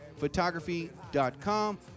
photography.com